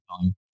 time